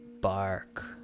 bark